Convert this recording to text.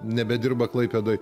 nebedirba klaipėdoj